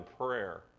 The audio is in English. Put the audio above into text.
prayer